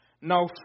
Now